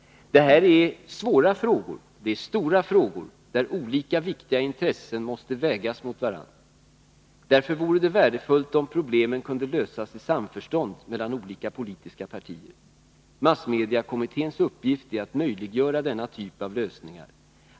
Det här är svåra och stora frågor, där olika viktiga intressen måste vägas mot varandra. Därför vore det värdefullt om problemen kunde lösas i samförstånd mellan olika politiska partier. Massmediekommitténs uppgift är att möjliggöra denna typ av lösningar.